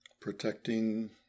Protecting